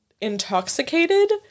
intoxicated